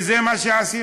היא אומרת